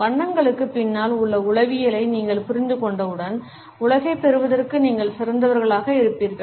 வண்ணங்களுக்குப் பின்னால் உள்ள உளவியலை நீங்கள் புரிந்துகொண்டவுடன் உலகைப் பெறுவதற்கு நீங்கள் சிறந்தவர்களாக இருப்பீர்கள்